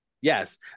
yes